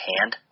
Hand